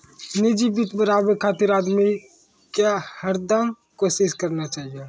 निजी वित्त बढ़ाबे खातिर आदमी के हरदम कोसिस करना चाहियो